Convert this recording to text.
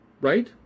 right